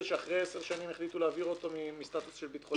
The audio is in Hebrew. אין אסיר שאחרי עשר שנים החליטו להעביר אותו מסטאטוס של ביטחוני?